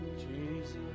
Jesus